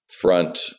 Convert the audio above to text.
front